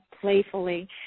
playfully